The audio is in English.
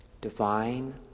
divine